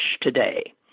today